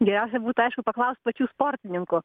geriausia būtų aišku paklaust pačių sportininkų